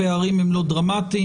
הפערים הם לא דרמטיים.